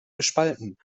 gespalten